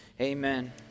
amen